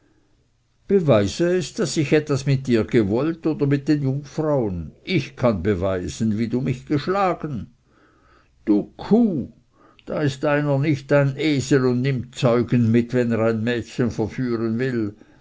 beweise es daß ich etwas mit dir gewollt oder mit den jungfrauen ich kann beweisen wie du mich geschlagen du kuh da ist einer nicht ein esel und nimmt zeugen mit wenn er ein mädchen verführen will